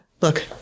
Look